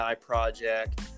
project